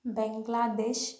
Bangladesh